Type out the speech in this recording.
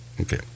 Okay